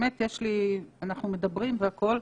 באמת אנחנו מדברים והכול,